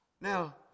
Now